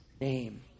name